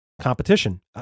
competition